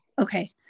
Okay